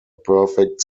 perfect